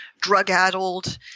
drug-addled